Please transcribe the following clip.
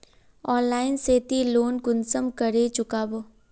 Online से ती loan कुंसम करे चुकाबो?